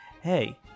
hey